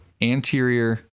anterior